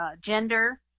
gender